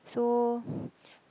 so